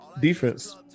Defense